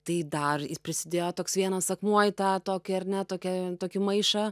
tai dar prisidėjo toks vienas sapnuoji tą tokį ar ne tokią tokį maišą